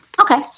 Okay